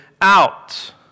out